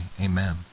Amen